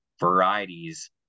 varieties